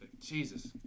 Jesus